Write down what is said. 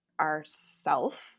ourself